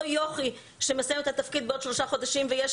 או יוכי שמסיימת את התפקיד בעוד שלושה חודשים ויש